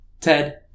Ted